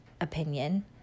opinion